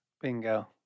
bingo